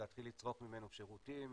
להתחיל לצרוך ממנו שירותים,